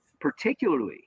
particularly